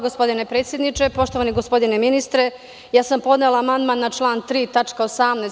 Gospodine predsedniče, poštovani gospodine ministre, podnela sam amandman na član 3. tačka 18.